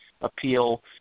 appeal